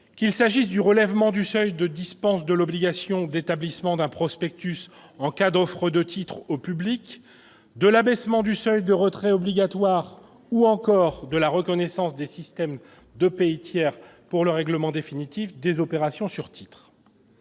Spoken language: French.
qu'il s'agisse du relèvement du seuil de dispense de l'obligation d'établissement d'un prospectus en cas d'offre de titres au public, de l'abaissement du seuil de retrait obligatoire ou encore de la reconnaissance des systèmes de pays tiers pour le règlement définitif des opérations sur titres.